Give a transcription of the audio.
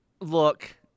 Look